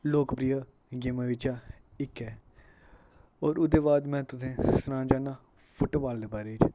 लोकप्रिय गेम बिच्चा इक्क ऐ ओह्दे बाद में तुसेंगी सनाना चाह्नां ओह्दे बाद में तुसेंगी सनाना चाह्नां फुटबॉल दे बारै च